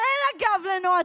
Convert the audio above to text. אבל אין לה גב, לנועה.